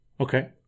Okay